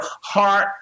heart